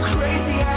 Crazy